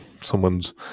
someone's